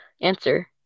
answer